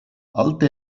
alte